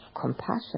compassion